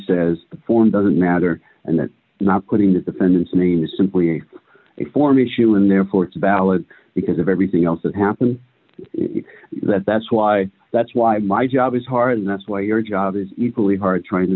says the form doesn't matter and that's not putting the defendant's name is simply a form issue and therefore it's valid because of everything else that happened that that's why that's why my job is hard and that's why your job is equally hard trying to